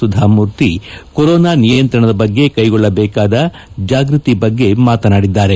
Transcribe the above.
Sudha Murthy corona ನಿಯಂತ್ರಣದ ಬಗ್ಗೆ ಕೈಗೊಳ್ಳಬೇಕಾದ ಜಾಗೃತಿ ಬಗ್ಗೆ ಮಾತನಾಡಿದ್ದಾರೆ